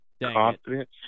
Confidence